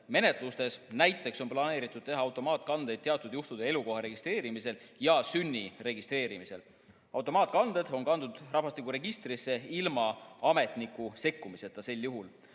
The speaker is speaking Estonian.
menetlustes. Näiteks on planeeritud teha automaatkandeid teatud juhtudel elukoha registreerimisel ja sünni registreerimisel. Automaatkanded on kantud rahvastikuregistrisse ilma ametniku sekkumiseta sel juhul.